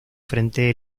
frente